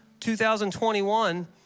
2021